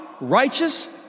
Righteous